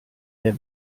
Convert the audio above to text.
der